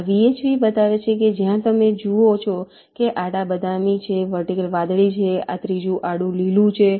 આ HVH બતાવે છે જ્યાં તમે જુઓ છો કે આડા બદામી છે વર્ટિકલ વાદળી છે આ ત્રીજું આડું લીલું છે